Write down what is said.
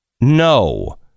No